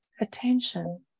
attention